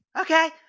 Okay